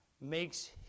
makes